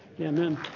Amen